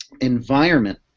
environment